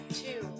two